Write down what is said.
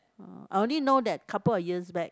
uh I only know that couple of years back